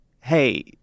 hey